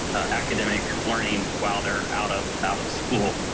academic learning while they are out of out of school.